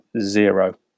zero